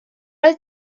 oedd